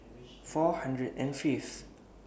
four hundred and Fifth